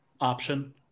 option